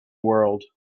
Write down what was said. world